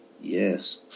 Yes